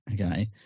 Okay